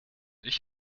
ich